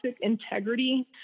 integrity